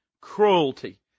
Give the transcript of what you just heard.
cruelty